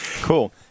Cool